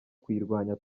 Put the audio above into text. kuyirwanya